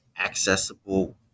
accessible